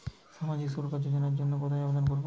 সামাজিক সুরক্ষা যোজনার জন্য কোথায় আবেদন করব?